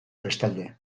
bestalde